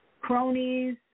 Cronies